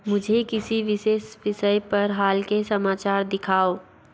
मुझे किसी विशेष विषय पर हाल के समाचार दिखाओ